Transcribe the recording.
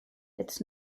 its